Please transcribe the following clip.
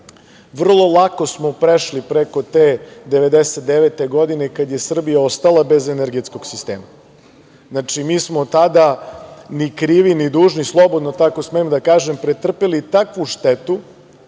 Vrlo lako smo prešli preko te 1999. godine, kada je Srbija ostala bez energetskog sistema. Znači, mi smo tada, ni krivi ni dužni, slobodno tako smem da kažem, pretrpeli takvu